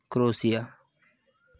Croatia